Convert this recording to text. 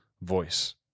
voice